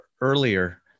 earlier